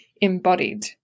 embodied